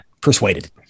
persuaded